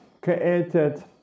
created